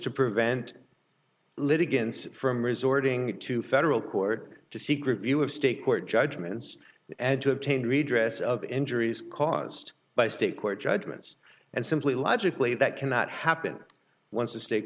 to prevent litigants from resorting to federal court to seek review of state court judgments and to obtain redress of injuries caused by state court judgments and simply logically that cannot happen once a state